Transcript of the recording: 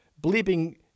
bleeping